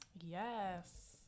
yes